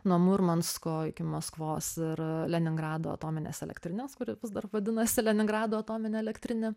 nuo murmansko iki maskvos ir leningrado atominės elektrinės kuri vis dar vadinasi leningrado atominė elektrinė